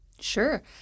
Sure